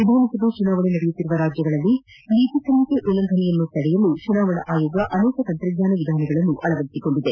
ವಿಧಾನಸಭೆ ಚುನಾವಣೆ ನಡೆಯುತ್ತಿರುವ ರಾಜ್ಞಗಳಲ್ಲಿ ನೀತಿ ಸಂಹಿತೆ ಉಲ್ಲಂಘನೆಯನ್ನು ತಡೆಯಲು ಚುನಾವಣಾ ಆಯೋಗ ಅನೇಕ ತಂತ್ರಜ್ಞಾನ ವಿಧಾನಗಳನ್ನು ಅಳವಡಿಸಿಕೊಂಡಿದೆ